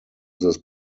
this